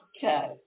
Okay